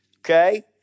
okay